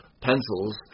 pencils